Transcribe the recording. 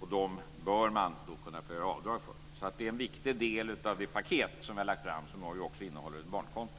och dem bör man kunna få göra avdrag för. Det är en viktig del av det paket som vi har lagt fram som också innehåller ett barnkonto.